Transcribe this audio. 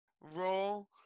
Roll